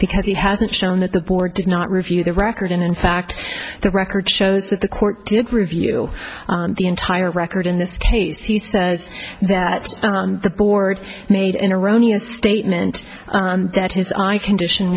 because he hasn't shown that the board did not review the record and in fact the record shows that the court did review the entire record in this case he says that the board made an erroneous statement that his eye condition